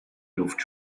luft